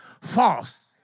False